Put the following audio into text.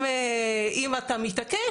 אם אתה מתעקש,